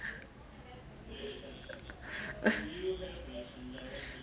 ugh